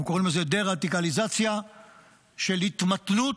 אנחנו קוראים לזה דה-רדיקליזציה של התמתנות,